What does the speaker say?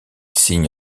signe